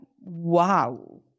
wow